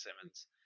Simmons